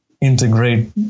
integrate